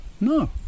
No